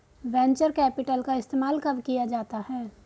Venture capital का इस्तेमाल कब किया जाता है?